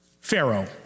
Pharaoh